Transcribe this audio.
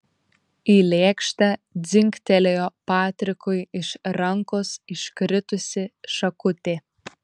į lėkštę dzingtelėjo patrikui iš rankos iškritusi šakutė